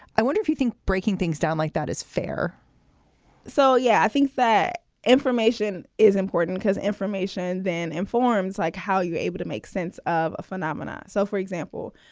i wonder if you think breaking things down like that is fair so, yeah, i think that information is important because information then informs like how you're able to make sense of a phenomena. so, for example,